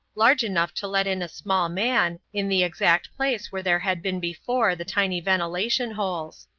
large enough to let in a small man, in the exact place where there had been before the tiny ventilation holes.